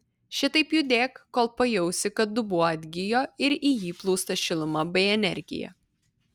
šitaip judėk kol pajausi kad dubuo atgijo ir į jį plūsta šiluma bei energija